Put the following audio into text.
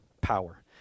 power